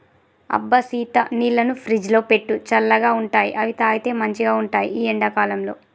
అబ్బ సీత నీళ్లను ఫ్రిజ్లో పెట్టు చల్లగా ఉంటాయిఅవి తాగితే మంచిగ ఉంటాయి ఈ ఎండా కాలంలో